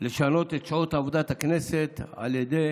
לשנות את שעות עבודת הכנסת על ידי